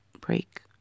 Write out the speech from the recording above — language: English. break